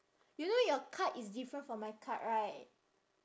you know your card is different from my card right